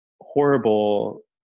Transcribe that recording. horrible